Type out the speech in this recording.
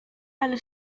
ale